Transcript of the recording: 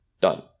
done